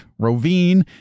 Rovine